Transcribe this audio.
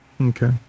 Okay